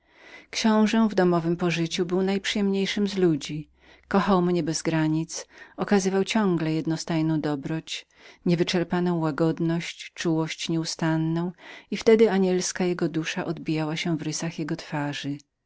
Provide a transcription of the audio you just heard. książe w domowem pożyciu był najprzyjemniejszym z ludzi kochał mnie bez granic okazywał ciągle jednostajną dobroć niewyczerpaną łagodność czułość w każdej chwili i wtedy anielska jego dusza odbijała się w rysach jego twarzy